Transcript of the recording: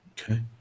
Okay